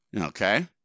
Okay